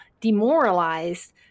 demoralized